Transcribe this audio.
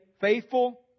faithful